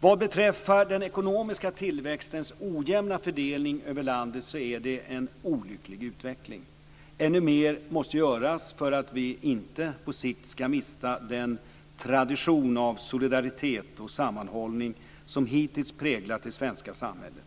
Vad beträffar den ekonomiska tillväxtens ojämna fördelning över landet så är det en olycklig utveckling. Ännu mer måste göras för att vi inte på sikt ska mista den tradition av solidaritet och sammanhållning som hittills präglat det svenska samhället.